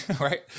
right